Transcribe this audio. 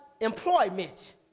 employment